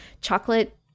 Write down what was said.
chocolate